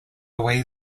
away